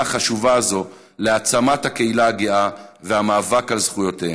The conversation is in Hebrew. החשובה הזו להעצמת הקהילה הגאה והמאבק על זכויותיה.